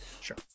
Sure